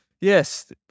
Yes